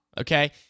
okay